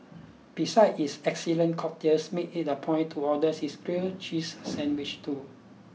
besides its excellent cocktails make it a point to order its grilled cheese sandwich too